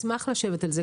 נשמח לשבת על זה.